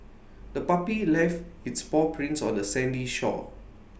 the puppy left its paw prints on the sandy shore